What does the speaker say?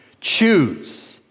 choose